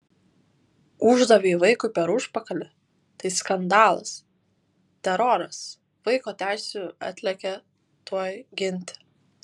uždavei vaikui per užpakalį tai skandalas teroras vaiko teisių atlėkė tuoj ginti